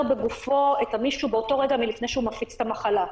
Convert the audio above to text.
בגופו מישהו לפני שהוא מפיץ את המחלה.